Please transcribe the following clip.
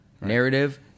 narrative